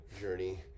journey